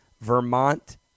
Vermont